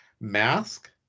mask